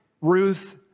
Ruth